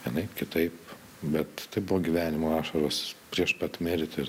anaip kitaip bet tai buvo gyvenimo ašaros prieš pat mirtį ir